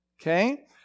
okay